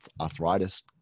arthritis